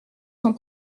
sont